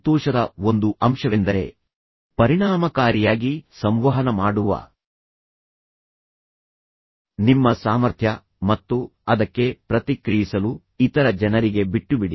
ಸಂತೋಷದ ಒಂದು ಅಂಶವೆಂದರೆ ಪರಿಣಾಮಕಾರಿಯಾಗಿ ಸಂವಹನ ಮಾಡುವ ನಿಮ್ಮ ಸಾಮರ್ಥ್ಯ ಮತ್ತು ಅದಕ್ಕೆ ಪ್ರತಿಕ್ರಿಯಿಸಲು ಇತರ ಜನರಿಗೆ ಬಿಟ್ಟುಬಿಡಿ